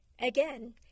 Again